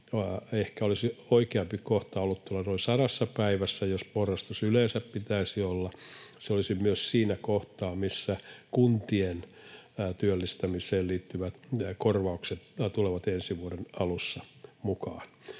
Ehkä olisi oikeampi kohta ollut noin sadassa päivässä, jos porrastus yleensä pitäisi olla. Se olisi myös siinä kohtaa, missä kuntien työllistämiseen liittyvät korvaukset tulevat ensi vuoden alussa mukaan.